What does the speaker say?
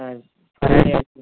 ફરાળી આઇસક્રીમ